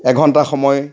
এঘণ্টা সময়